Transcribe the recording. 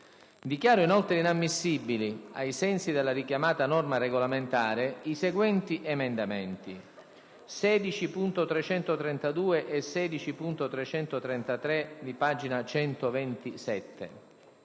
Dichiaro inoltre inammissibili, ai sensi della richiamata norma regolamentare, i seguenti emendamenti: 16.332, 16.333, 16.338,